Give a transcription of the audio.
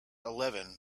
eleven